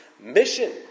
mission